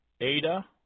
Ada